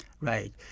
Right